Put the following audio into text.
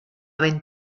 ben